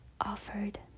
offered